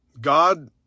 God